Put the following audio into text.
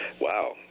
wow